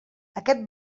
aquest